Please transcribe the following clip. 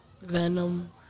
Venom